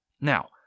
Now